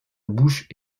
bouche